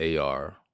AR